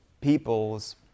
people's